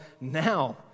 now